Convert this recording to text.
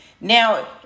Now